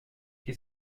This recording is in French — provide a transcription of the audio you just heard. qui